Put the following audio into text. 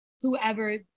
whoever